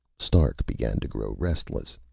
stark began to grow restless.